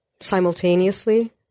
simultaneously